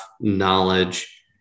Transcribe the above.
knowledge